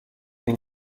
این